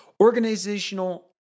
Organizational